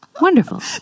Wonderful